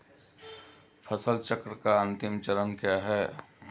फसल चक्र का अंतिम चरण क्या है?